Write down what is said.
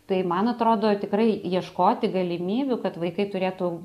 tai man atrodo tikrai ieškoti galimybių kad vaikai turėtų